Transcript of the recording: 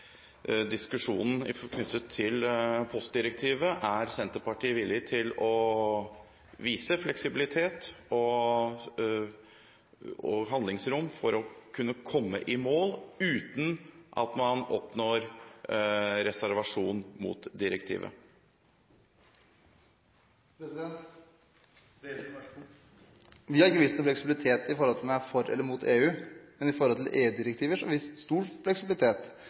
diskusjonen knyttet til postdirektivet, er Senterpartiet villig til å vise fleksibilitet og handlingsrom for å kunne komme i mål uten at man oppnår reservasjon mot direktivet? Vi har ikke vist noen fleksibilitet i forhold til om vi er for eller imot EU, men i forhold til EU-direktiver har vi vist stor fleksibilitet,